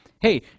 hey